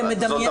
אתן מדמיינות.